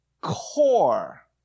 Core